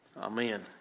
amen